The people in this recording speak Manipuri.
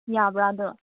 ꯌꯥꯕ꯭ꯔꯥ ꯑꯗꯨ